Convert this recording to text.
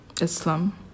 Islam